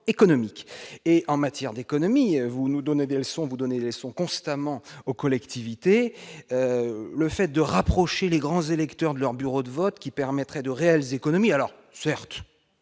économiques et en matière d'économie, vous nous donnez des leçons vous donnez sont constamment aux collectivités le fait de rapprocher les grands électeurs de leur bureau de vote qui permettrait de réelles économies alors certes